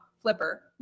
Flipper